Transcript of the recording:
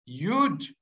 yud